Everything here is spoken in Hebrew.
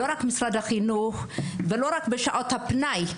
לא רק משרד החינוך, ולא רק בשעות הפנאי.